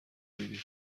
میدیم